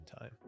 time